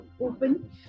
open